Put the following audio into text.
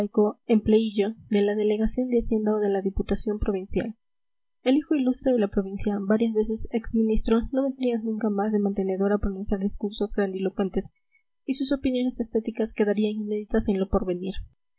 prosaico empleíllo de la delegación de hacienda o de la diputación provincial el hijo ilustre de la provincia varias veces ex ministro no vendría nunca más de mantenedor a pronunciar discursos grandilocuentes y sus opiniones estéticas quedarían inéditas en lo porvenir